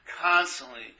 constantly